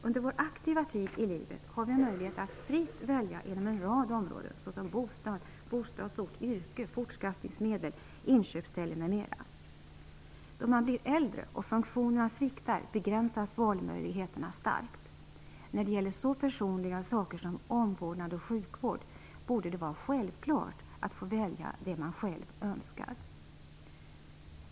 Under vår aktiva tid i livet har vi möjlighet att fritt välja inom en rad områden såsom bostad, bostadsort, yrke, fortskaffningsmedel, inköpsställe, m.m. Då man blir äldre och funktionerna sviktar begränsas valmöjligheterna starkt. När det gäller så personliga saker som omvårdnad och sjukvård borde det vara självklart att få välja det man själv önskar.